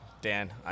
Dan